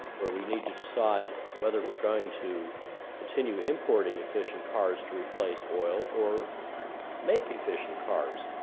where we need to decide whether we're going to continue importing efficient cars to replace oil, or make efficient cars,